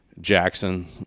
Jackson